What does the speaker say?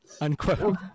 unquote